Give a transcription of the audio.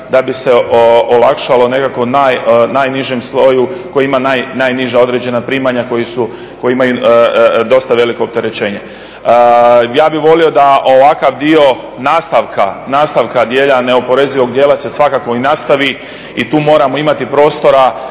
da bi se olakšalo nekako najnižem sloju, koji ima najniža određena primanja koji imaju dosta veliko opterećenje. Ja bih volio da ovakav dio nastavka dijela, neoporezivog dijela se svakako i nastavi i tu moramo imati prostora